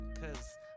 Cause